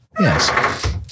yes